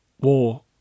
War